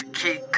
keep